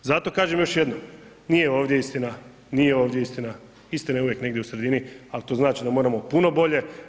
I zato kažem još jednom, nije ovdje istina, nije ovdje istina, istina je uvijek negdje u sredini ali to znači da moramo puno bolje.